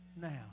Now